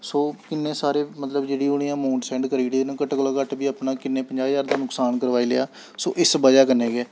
सो इन्नै सारे मतलब जेह्ड़ी उ'नें अमाऊंट सैंड करी ओड़ी ओह्दे नै घट्ट कोला घट्ट बी अपना किन्ने पंजाह् ज्हार दा नुक्सान करवाई लेआ सो इस ब'जा कन्नै गै